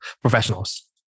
professionals